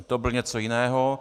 To bylo něco jiného.